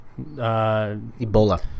Ebola